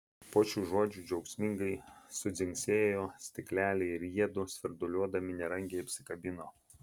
po šių žodžių džiaugsmingai sudzingsėjo stikleliai ir jiedu svirduliuodami nerangiai apsikabino